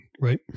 Right